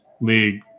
league